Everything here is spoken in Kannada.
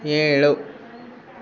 ಏಳು